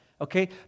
Okay